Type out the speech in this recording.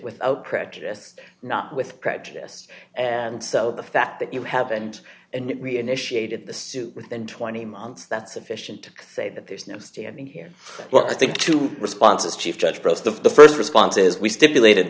without prejudice not with prejudice and so the fact that you have and and reinitiated the suit with then twenty months that's sufficient to say that there's no standing here well i think two responses chief judge throws the st responses we stipulated